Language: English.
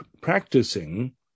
practicing